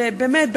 באמת,